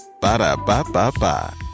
Ba-da-ba-ba-ba